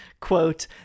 quote